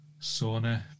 Sauna